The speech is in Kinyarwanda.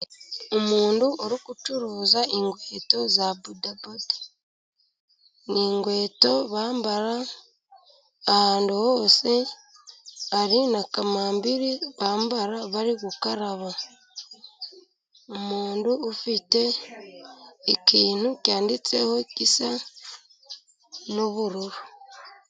Umuntu uri gucuruza inkweto za bodaboda. Ni inkweto bambara ahantu hose. Hari na kamambiri bambara bari gukaraba. Umuntu ufite ikintu cyanditseho gisa n'ubururu.